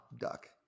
duck